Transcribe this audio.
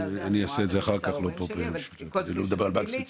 הזה אני רואה את זה אצל ההורים שלי.